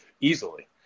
easily